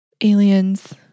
aliens